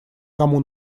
кому